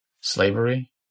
Slavery